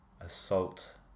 Assault